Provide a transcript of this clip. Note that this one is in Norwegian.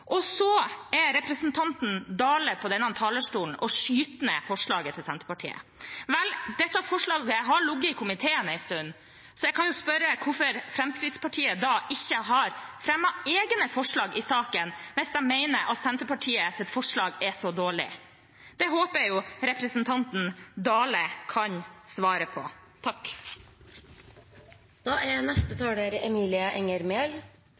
Representanten Dale skyter fra denne talerstolen ned forslaget fra Senterpartiet. Vel, dette forslaget har ligget i komiteen en stund, så jeg kan jo spørre hvorfor Fremskrittspartiet ikke har fremmet egne forslag i saken hvis de mener at Senterpartiets forslag er så dårlig. Det håper jeg representanten Dale kan svare på.